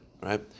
Right